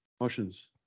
Motions